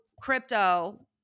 crypto